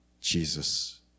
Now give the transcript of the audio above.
Jesus